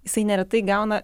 jisai neretai gauna